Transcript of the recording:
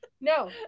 no